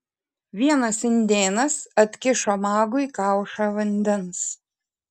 vienas indėnas atkišo magui kaušą vandens